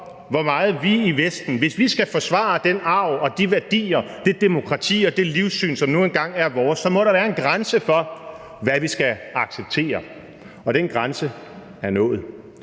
hvor meget vi i Vesten, hvis vi skal forsvare den arv og de værdier, det demokrati og det livssyn, som nu en gang er vores, skal acceptere, og den grænse er nået.